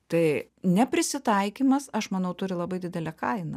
tai neprisitaikymas aš manau turi labai didelę kainą